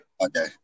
Okay